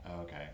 okay